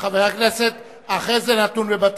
חבר הכנסת, אחרי זה, מבתי-הספר.